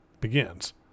begins